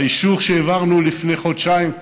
האישור שהעברנו לפני חודשיים,